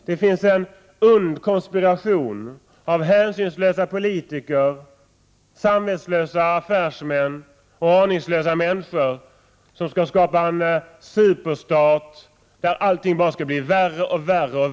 Det finns en konspiration av hänsynslösa politiker, samvetslösa affärsmän och aningslösa människor som skall skapa en superstat där allting bara skall bli värre och värre.